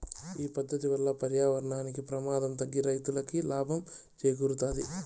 ఈ పద్దతి వల్ల పర్యావరణానికి ప్రమాదం తగ్గి రైతులకి లాభం చేకూరుతాది